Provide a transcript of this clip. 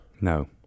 No